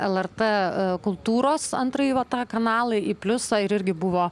lrt kultūros antrąjį va tą kanalai į pliusą ir irgi buvo